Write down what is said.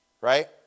right